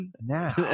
now